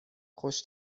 خوش